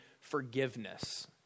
forgiveness